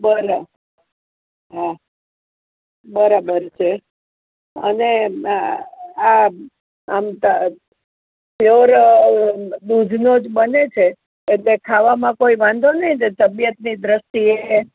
બોલો હા બરાબર છે અને આ પ્યોર દૂધનો જ બને છે એટલે ખાવામાં કોઇ વાંધો નહીં ન એટલે તબિયતની દૃષ્ટિએ